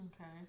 Okay